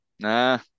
Nah